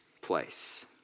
place